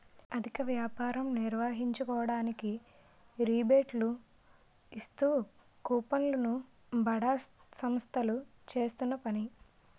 అధిక వ్యాపారం నిర్వహించుకోవడానికి రిబేట్లు ఇస్తూ కూపన్లు ను బడా సంస్థలు చేస్తున్న పని